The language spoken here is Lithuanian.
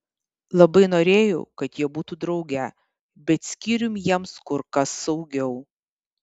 labai norėjau kad jie būtų drauge bet skyrium jiems kur kas saugiau